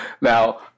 Now